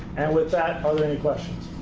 and with that, are there any questions?